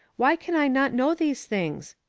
why can i not know these things?